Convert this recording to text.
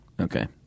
Okay